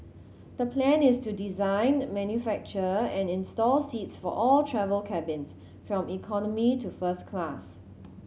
the plan is to design manufacture and install seats for all travel cabins from economy to first class